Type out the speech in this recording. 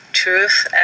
truth